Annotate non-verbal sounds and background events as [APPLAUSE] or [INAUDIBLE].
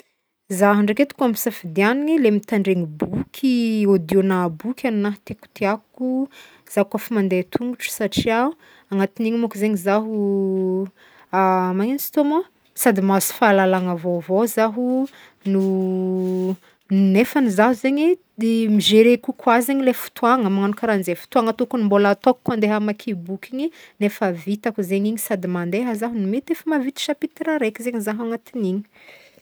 zaho ndraiky edy koa ampisafiadignigny le mitandregny boky [HESITATION] audio'na boky agnahy tiàtiàko za kaofa mande tongotro satria agnatin'igny mônko zegny zaho [HESITATION] magnigno izy teo moa sady mahazo fahalalagna vaovao zaho no [HESITATION] nefany zaho zegny de migerer kokoà zegny le fotoagna magnagno karanjay, fotoagna tokony mbôla ataoko koa andeha hamaky i boky igny nefa vitako zegny igny sady mandeha zaho no mety efa mahavita chapitre araiky zegny za agantin'igny.